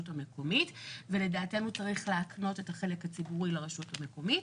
המקומית ולדעתנו צריך להקנות את החלק הציבורי לרשות המקומית.